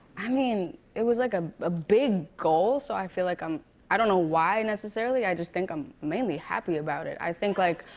i mean, it was, like, ah a big goal, so i feel like i'm i don't know why necessarily. i just think i'm mainly happy about it. i think, like,